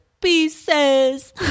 pieces